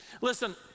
Listen